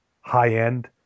high-end